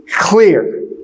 clear